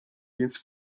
więc